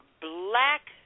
black